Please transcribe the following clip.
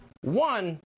One